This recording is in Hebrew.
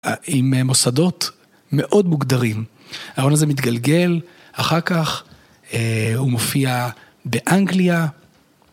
עם מוסדות מאוד מוגדרים, ההון הזה מתגלגל, אחר כך הוא מופיע באנגליה.